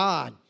God